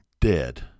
dead